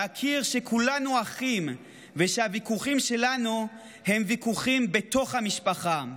להכיר בכך שכולנו אחים ושהוויכוחים שלנו הם ויכוחים בתוך המשפחה.